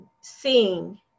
seeing